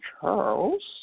Charles